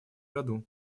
году